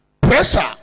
Pressure